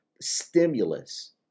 stimulus